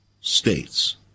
states